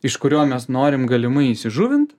iš kurio mes norim galimai įžuvint